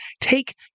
take